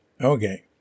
Okay